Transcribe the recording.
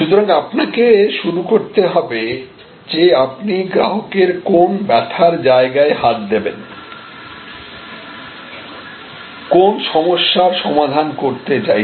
সুতরাং আপনাকে শুরু করতে হবে যে আপনি গ্রাহকের কোন ব্যথার জায়গায় হাত দেবেন কোন সমস্যা সমাধান করতে চাইছেন